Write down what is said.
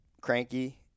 cranky